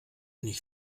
nicht